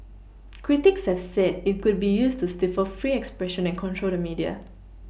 critics have said it could be used to stifle free expression and control the media